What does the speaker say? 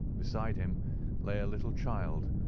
beside him lay a little child,